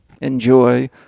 Enjoy